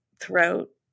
throat